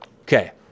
Okay